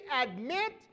admit